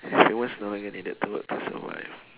humans no longer needed to work to survive